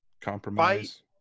compromise